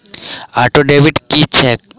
Auto debit की छैक?